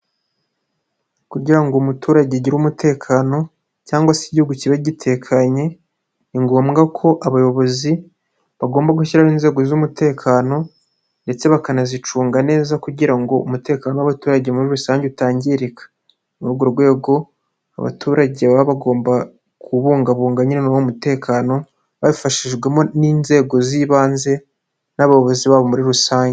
Kugira ngo umuturage agire umutekano cyangwa se Igihugu kibe gitekanye ni ngombwa ko abayobozi bagomba gushyiraho inzego z'umutekano ndetse bakanazicunga neza kugira ngo umutekano w'abaturage muri rusange utangirika, ni muri urwo rwego abaturage baba bagomba kubungabunga nyine n'uwo mutekano babifashijwemo n'inzego z'ibanze n'abayobozi babo muri rusange.